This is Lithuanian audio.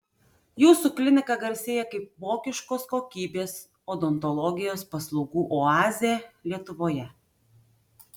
jūsų klinika garsėja kaip vokiškos kokybės odontologijos paslaugų oazė lietuvoje